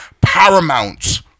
Paramount